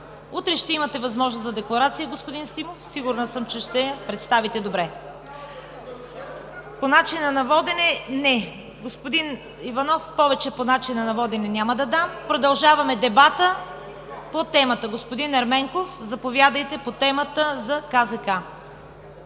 Утре ще имате възможност за декларация, господин Симов. Сигурна съм, че ще я представите добре. По начина на водене – не. Господин Иванов, повече по начина на водене няма да давам думата. Продължаваме дебата по темата. Господин Ерменков, заповядайте, по темата за КЗК.